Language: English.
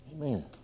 Amen